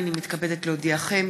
הינני מתכבדת להודיעכם,